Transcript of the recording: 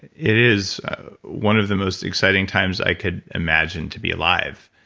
it is one of the most exciting times i could imagine to be alive.